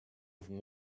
have